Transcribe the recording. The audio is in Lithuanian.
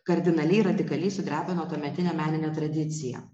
kardinaliai radikaliai sudrebino tuometinę meninę tradiciją